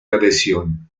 adhesión